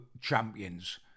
champions